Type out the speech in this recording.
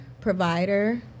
Provider